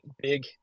big